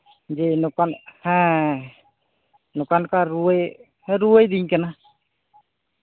ᱡᱮ ᱱᱚᱝᱠᱟ ᱦᱮᱸ ᱱᱚᱝᱠᱟᱼᱱᱚᱝᱠᱟ ᱨᱩᱣᱟᱹ ᱦᱮᱸ ᱨᱩᱣᱟᱹᱭᱤᱫᱤᱧ ᱠᱟᱱᱟ